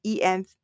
EM